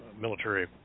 military